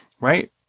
right